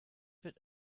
wird